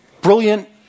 Brilliant